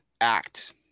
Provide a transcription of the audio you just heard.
act